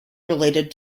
related